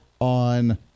on